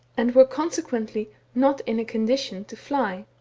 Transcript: and were conse quently not in a condition to fly.